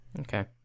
Okay